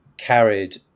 carried